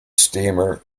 steamer